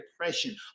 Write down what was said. depression